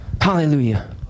Hallelujah